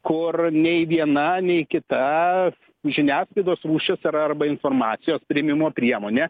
kur nei viena nei kita žiniasklaidos rūšis ar arba informacijos priėmimo priemonė